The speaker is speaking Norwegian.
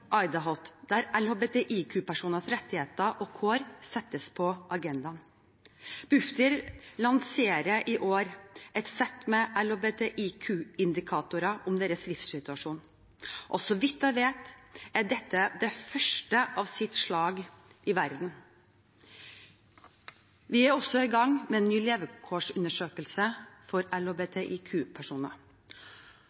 der LHBTIQ-personers rettigheter og kår settes på agendaen. Bufdir lanserer i år et sett med LHBTIQ-indikatorer om deres livssituasjon. Så vidt jeg vet, er dette det første av sitt slag i verden. Vi er også i gang med en ny levekårsundersøkelse for